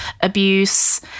abuse